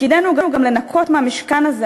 תפקידנו הוא גם לנקות מהמשכן הזה,